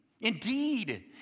Indeed